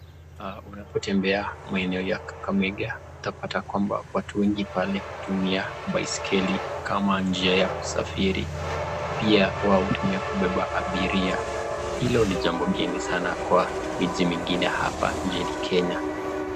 Unapo tembea katika maeneo ya Kakamega utapata kwamba watu wengi pale hutumia baiskeli kama njia ya kusafiri pia wao hutumia kubeba abiria hilo ni jambo geni sana kwa miji mingine hapa nchini Kenya.